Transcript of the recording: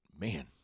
man